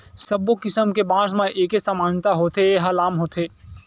सब्बो किसम के बांस म एके समानता होथे के ए ह लाम होथे